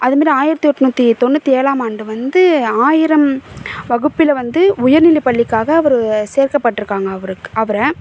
அதுமாரி ஆயிரத்து எட்நூற்றி தொண்ணூற்றி ஏழாம் ஆண்டு வந்து ஆயிரம் வகுப்பில் வந்து உயர்நிலைப் பள்ளிக்காக அவர் சேர்க்கப்பட்ருக்காங்க அவருக் அவரை